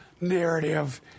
narrative